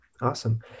Awesome